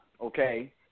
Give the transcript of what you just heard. Okay